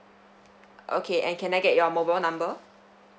okay and can I get your mobile number